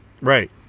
Right